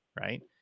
right